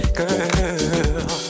girl